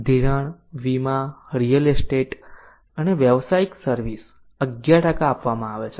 ધિરાણ વીમા real estate અને વ્યવસાયિક સર્વિસ 11આપવામાં આવે છે